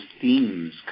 themes